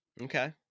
Okay